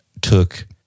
took